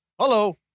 Hello